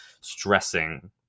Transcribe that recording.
stressing